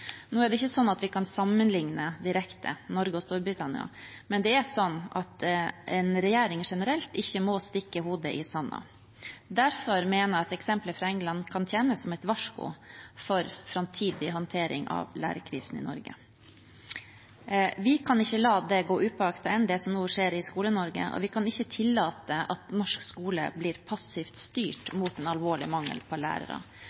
er ikke sånn at vi kan sammenligne Norge og Storbritannia direkte, men det er sånn at en regjering generelt ikke må stikke hodet i sanden. Derfor mener jeg at eksempelet fra England kan tjene som et varsko for framtidig håndtering av lærerkrisen i Norge. Vi kan ikke la det som nå skjer i Skole-Norge, gå upåaktet hen. Vi kan ikke tillate at norsk skole blir passivt styrt mot en alvorlig mangel på lærere.